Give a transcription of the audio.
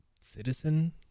citizen